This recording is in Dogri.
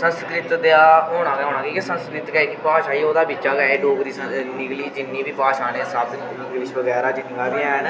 संस्कृत ते आ होना गै होना क्योंकि संस्कृत इक जेह्ड़ी भाशा ऐ ओह्दे बिच्चा गै एह् डोगरी स निकली दी जिन्नी बी भाशा न एह् सब इंग्लिश बगैरा जिन्नियां बी हैन